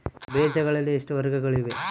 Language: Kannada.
ಬೇಜಗಳಲ್ಲಿ ಎಷ್ಟು ವರ್ಗಗಳಿವೆ?